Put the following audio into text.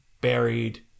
buried